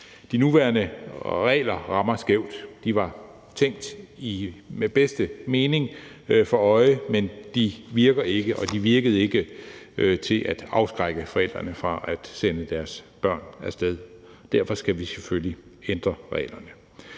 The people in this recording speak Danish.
De nuværende regler rammer skævt. De var tænkt med bedste mening for øje, men de virker ikke, og de virkede ikke til at afskrække forældrene fra at sende deres børn af sted. Derfor skal vi selvfølgelig ændre reglerne.